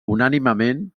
unànimement